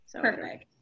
Perfect